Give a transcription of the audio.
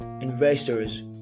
investors